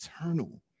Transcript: eternal